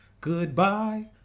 Goodbye